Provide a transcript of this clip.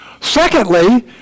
Secondly